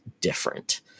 different